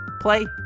play